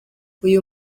uyu